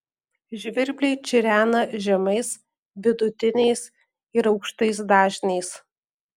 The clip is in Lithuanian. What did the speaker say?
žvirbliai čirena žemais vidutiniais ir aukštais dažniais